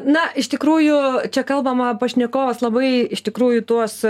na iš tikrųjų čia kalbama pašnekovas labai iš tikrųjų tuos